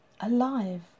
Alive